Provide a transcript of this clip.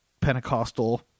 Pentecostal